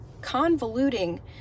convoluting